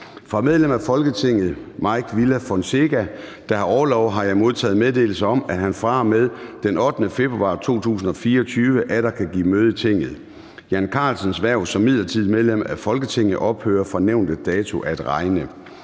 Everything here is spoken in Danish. Fra medlem af Folketinget Mike Villa Fonseca (UFG), der har haft orlov, har jeg modtaget meddelelse om, at han fra og med den 8. februar 2024 atter kan give møde i Tinget. Jan Carlsens (M) hverv som midlertidigt medlem af Folketinget ophører fra nævnte dato at regne.